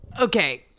okay